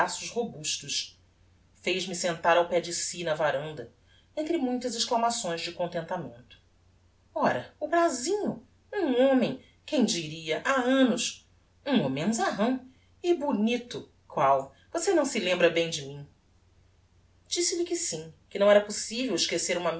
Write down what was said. braços robustos fez-me sentar ao pé de si na varanda entre muitas exclamações de contentamento ora o brázinho um homem quem diria ha annos um homemzarrão e bonito qual você não se lembra bem de mim disse-lhe que sim que não era possivel esquecer uma